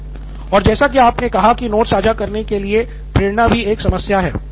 professor और जैसा की आपने कहा की नोट्स साझा करने के लिए प्रेरणा भी एक समस्या है